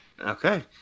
okay